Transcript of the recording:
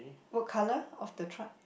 what colour of the truck